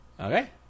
okay